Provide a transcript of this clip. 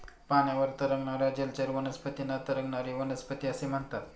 पाण्यावर तरंगणाऱ्या जलचर वनस्पतींना तरंगणारी वनस्पती असे म्हणतात